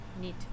Need